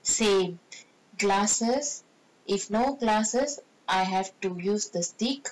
same glasses if no glasses I have to use the stick